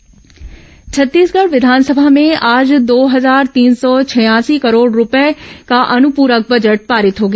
विधानसभा अनुपुरक बजट छत्तीसगढ़ विधानसभा में आज दो हजार तीन सौ छियासी करोड़ रूपये का अनुपुरक बजट पारित हो गया